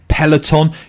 Peloton